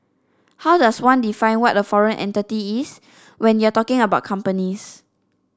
how does one define what a foreign entity is when you're talking about companies